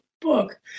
book